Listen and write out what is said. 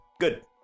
Good